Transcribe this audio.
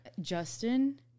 Justin